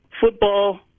football